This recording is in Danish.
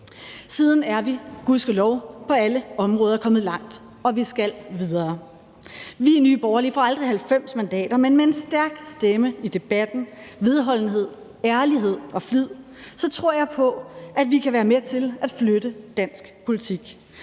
Siden er vi gudskelov på alle områder kommet langt, og vi skal videre. Vi i Nye borgerlige får aldrig 90 mandater, men med en stærk stemme i debatten, vedholdenhed, ærlighed og flid, så tror jeg på, at vi kan være med til at flytte dansk politik,